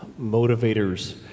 motivators